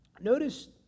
notice